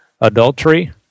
adultery